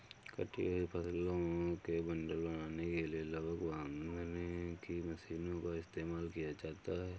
कटी हुई फसलों के बंडल बनाने के लिए लावक बांधने की मशीनों का इस्तेमाल किया जाता है